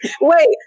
Wait